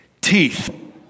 teeth